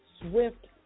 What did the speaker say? Swift